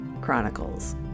Chronicles